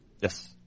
Yes